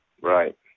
Right